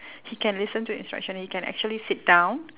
he can listen to instruction he can actually sit down